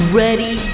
ready